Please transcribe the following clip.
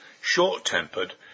short-tempered